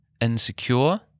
insecure